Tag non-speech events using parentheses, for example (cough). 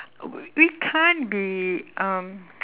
we can't be um (noise)